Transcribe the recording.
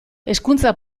hezkuntza